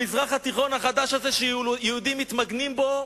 המזרח התיכון החדש הזה, שיהודים מתמגנים בו,